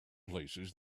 places